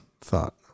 thought